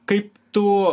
kaip tu